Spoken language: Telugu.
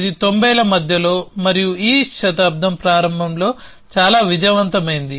ఇది తొంభైల మధ్యలో మరియు ఈ శతాబ్దం ప్రారంభంలో చాలా విజయవంతమైంది